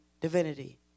divinity